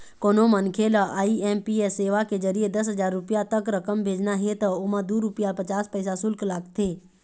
कोनो मनखे ल आई.एम.पी.एस सेवा के जरिए दस हजार रूपिया तक रकम भेजना हे त ओमा दू रूपिया पचास पइसा सुल्क लागथे